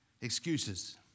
Excuses